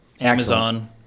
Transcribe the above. Amazon